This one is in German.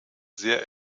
sehr